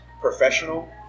professional